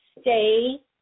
stay